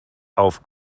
auf